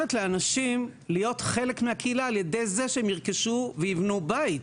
לאנשים להיות חלק מהקהילה על ידי זה שהם ירכשו ויבנו בית.